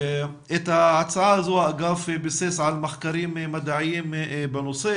את ההצעה הזאת האגף ביסס על מחקרים מדעיים בנושא,